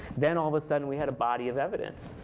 then all of a sudden we had a body of evidence,